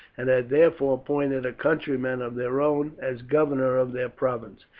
and had therefore appointed a countryman of their own as governor of their province,